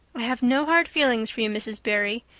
i have no hard feelings for you, mrs. barry.